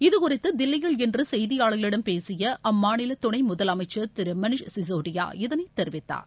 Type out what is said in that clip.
இதுகுறித்து தில்லியில் இன்று செய்தியாளர்களிடம் பேசிய அம்மாநில துணை முதலமைச்சா் திரு மணீஷ் சிஷோடியா இதனை தெரிவித்தார்